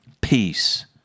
peace